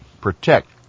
protect